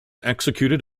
executed